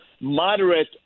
moderate